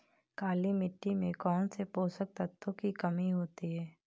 काली मिट्टी में कौनसे पोषक तत्वों की कमी होती है?